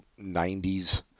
90s